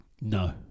No